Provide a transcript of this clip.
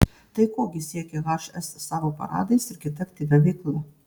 tai ko gi siekia hs savo paradais ir kita aktyvia veikla